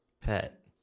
pet